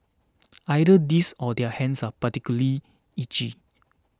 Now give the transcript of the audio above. either this or their hands are perpetually itchy